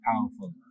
powerful